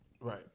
Right